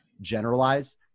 generalize